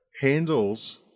handles